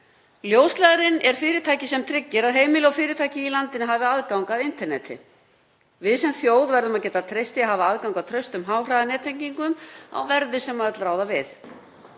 Ljósleiðarinn er fyrirtæki sem tryggir að heimili og fyrirtæki í landinu hafi aðgang að interneti. Við sem þjóð verðum að geta treyst því að hafa aðgang að traustum háhraðanettengingum á verði sem öll ráða við.